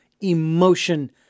emotion